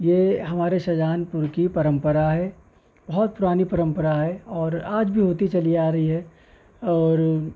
یہ ہمارے شاہجہان پور کی پرمپرا ہے بہت پرانی پرمپرا ہے اور آج بھی ہوتی چلی آ رہی ہے اور